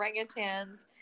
orangutans